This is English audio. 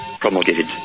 promulgated